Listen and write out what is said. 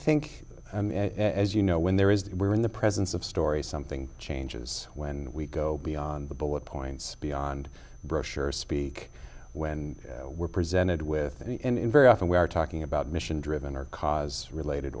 think as you know when there is that we're in the presence of stories something changes when we go beyond the bullet points beyond brochures speak when we're presented with and very often we are talking about mission driven or cause related